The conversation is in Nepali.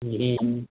ए हुन्छ